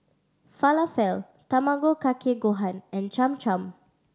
Falafel Tamago Kake Gohan and Cham Cham